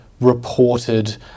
Reported